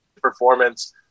performance